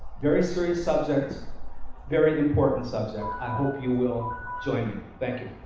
very serious subjects very important subject. i hope you will join me. thank you.